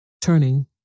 Turning